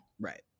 Right